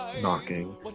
knocking